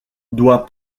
doit